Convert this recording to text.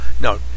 no